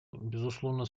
безусловно